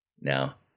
Now